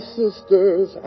sisters